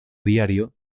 diario